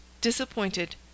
disappointed